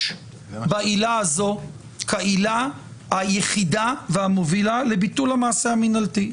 בעילה הזאת כעילה היחידה והמובילה לביטול המעשה המנהלתי.